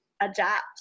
adapt